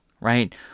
Right